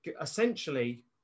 essentially